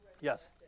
Yes